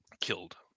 killed